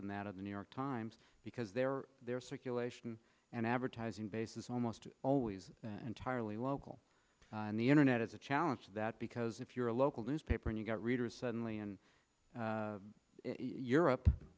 than that of the new york times because they're their circulation and advertising base is almost always entirely local and the internet is a challenge that because if you're a local newspaper and you've got readers suddenly in europe